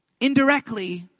Indirectly